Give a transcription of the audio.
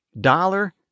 dollar